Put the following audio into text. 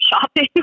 shopping